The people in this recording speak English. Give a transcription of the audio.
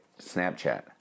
Snapchat